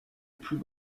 plus